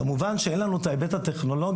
כמובן שאין לנו את ההיבט הטכנולוגי